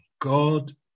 God